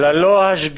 הם נשארים ללא השגחה.